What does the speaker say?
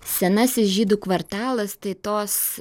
senasis žydų kvartalas tai tos